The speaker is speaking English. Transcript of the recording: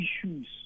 issues